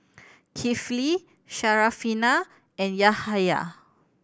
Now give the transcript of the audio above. Kifli Syarafina and Yahaya